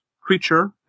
creature